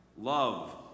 love